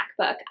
MacBook